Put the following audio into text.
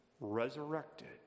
resurrected